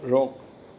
रोकु